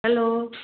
hello